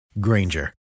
Granger